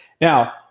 Now